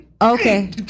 Okay